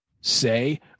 say